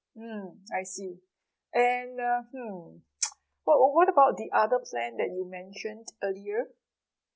mm I see and uh hmm what what about the other plan that you mentioned earlier